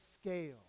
scale